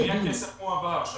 למי הכסף מועבר?